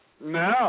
No